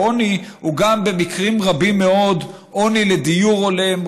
העוני הוא במקרים רבים מאוד גם עוני של דיור הולם,